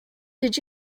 did